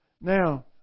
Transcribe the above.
Now